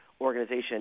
organization